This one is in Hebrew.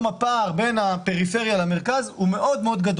בתחומים הללו הפער בין הפריפריה למרכז הוא גדול